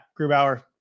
Grubauer